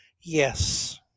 Yes